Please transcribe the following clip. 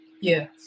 Yes